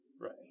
Right